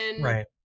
right